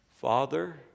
Father